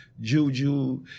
Juju